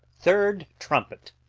third trumpet.